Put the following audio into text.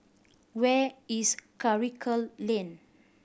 where is Karikal Lane